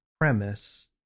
premise